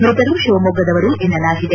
ಮೃತರು ಶಿವಮೊಗ್ಗದವರು ಎನ್ನಲಾಗಿದೆ